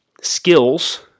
skills